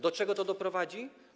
Do czego to doprowadzi?